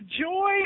joy